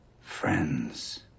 friends